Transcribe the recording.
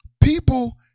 people